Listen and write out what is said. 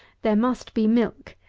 there must be milk,